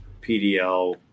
pdl